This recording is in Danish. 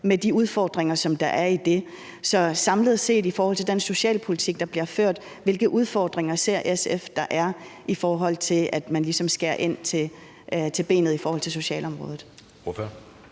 med de udfordringer, der er i det. Så samlet set i forhold til den socialpolitik, der bliver født, hvilke udfordringer ser SF så der er, i forhold til at man ligesom skærer ind til benet på socialområdet?